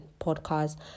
podcast